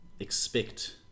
expect